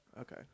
Okay